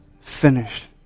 finished